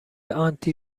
آنتی